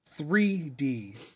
3d